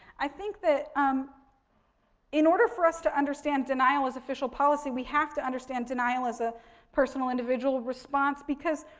i think that, um in order for us to understand denial as official policy. we have to understand denial as a personal individual response. because,